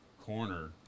corner